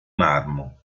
marmo